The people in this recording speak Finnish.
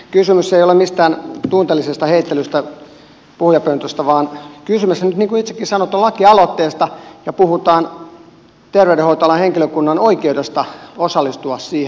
kysymys ei ole mistään tunteellisesta heittelystä puhujapöntöstä vaan kysymyshän niin kuin itsekin sanoit on lakialoitteesta ja puhutaan terveydenhoitoalan henkilökunnan oikeudesta osallistua siihen